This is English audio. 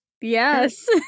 Yes